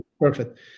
perfect